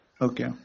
okay